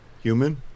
human